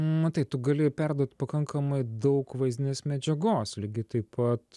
matai tu gali perduot pakankamai daug vaizdinės medžiagos lygiai taip pat